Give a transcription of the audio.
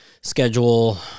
schedule